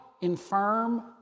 infirm